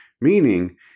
Meaning